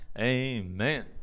amen